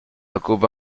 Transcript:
ocupa